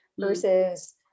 versus